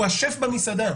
הוא השף במסעדה,